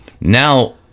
now